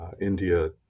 India